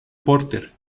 porter